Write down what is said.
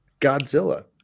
Godzilla